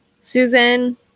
Susan